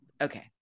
Okay